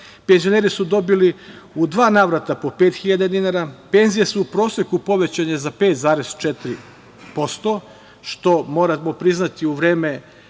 penzioneri su dobili u dva navrata po pet hiljada dinara, penzije su proseku povećanje za 5,4%, što moramo priznati u vreme